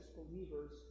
believers